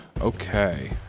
Okay